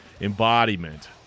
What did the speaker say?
embodiment